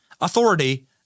authority